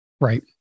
Right